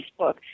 Facebook